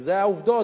שאלה העובדות,